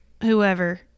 whoever